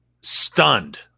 stunned